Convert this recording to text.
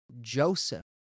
Joseph